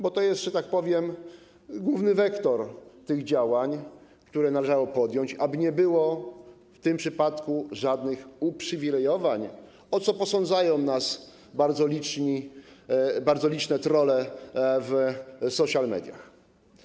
Bo to jest, że tak powiem, główny wektor tych działań, które należało podjąć, aby nie było w tym przypadku żadnych uprzywilejowań, o co posądzają nas bardzo liczne trolle w social mediach.